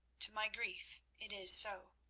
to my grief it is so.